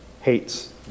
hates